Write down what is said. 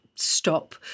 stop